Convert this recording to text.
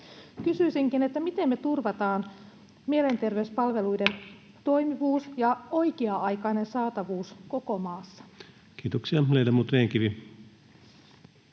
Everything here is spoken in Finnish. Kysyisinkin: miten me turvataan mielenterveyspalveluiden toimivuus ja oikea-aikainen saatavuus koko maassa? Kiitoksia. — Ledamot Rehn-Kivi.